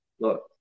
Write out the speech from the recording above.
Look